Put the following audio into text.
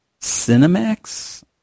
Cinemax